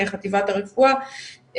חטיבת הרפואה,